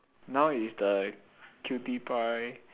now is the qtpie